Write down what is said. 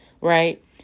right